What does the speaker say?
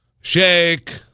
shake